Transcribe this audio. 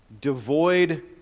devoid